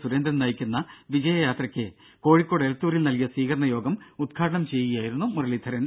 സുരേന്ദ്രൻ നയിക്കുന്ന വിജയ യാത്രക്ക് കോഴിക്കോട് എലത്തൂരിൽ നൽകിയ സ്വീകരണ യോഗം ഉദ്ഘാടനം ചെയ്യുകയായിരുന്നു മുരളീധരൻ